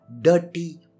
dirty